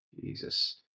Jesus